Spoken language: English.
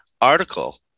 article